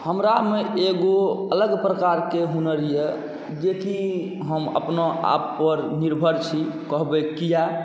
हमरामे एगो अलग प्रकारके हुनर अइ जेकि हम अपना आपपर निर्भर छी कहबै किएक